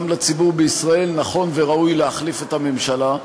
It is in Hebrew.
לציבור בישראל שנכון וראוי להחליף את הממשלה.